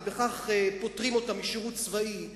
ובכך פוטרים אותה משירות צבאי,